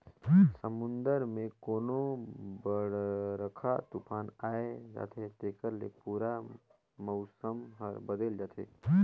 समुन्दर मे कोनो बड़रखा तुफान आये जाथे तेखर ले पूरा मउसम हर बदेल जाथे